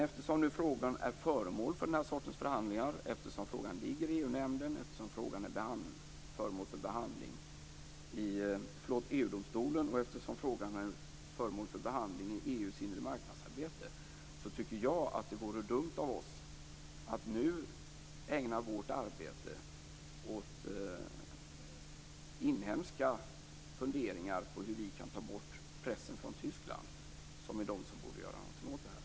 Eftersom frågan är föremål för den här sortens förhandlingar, eftersom frågan ligger i EG kommissionen och eftersom frågan är föremål för behandling i EU:s inremarknadsarbete, tycker jag att det vore dumt av oss att nu ägna vårt arbete åt inhemska funderingar på hur vi kan ta bort pressen från Tyskland, som är de som borde göra någonting åt det här.